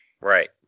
Right